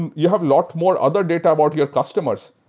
and you have lot more other data about your customers,